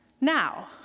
Now